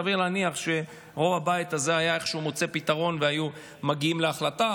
סביר להניח שרוב הבית הזה היה איכשהו מוצא פתרון ומגיעים להחלטה